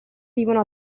vivono